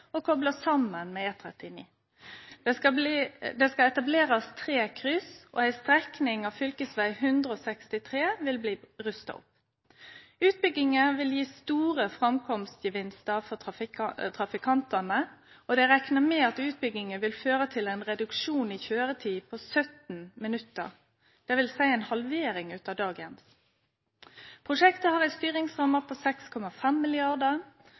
og kopla saman med E39. Det skal etablerast tre kryss, og ei strekning av fv. 163 vil bli rusta opp. Utbygginga vil gje store framkomstsgevinstar for trafikantane. Det er rekna med at utbygginga vil føre til ein reduksjon i køyretid på 17 minutt, dvs. ei halvering av dagens køyretid. Prosjektet har ei styringsramme på 6,5